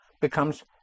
becomes